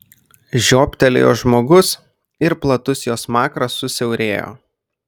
žiobtelėjo žmogus ir platus jo smakras susiaurėjo